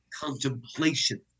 contemplation